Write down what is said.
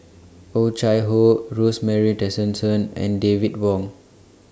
Oh Chai Hoo Rosemary Tessensohn and David Wong